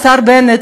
השר בנט,